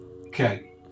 Okay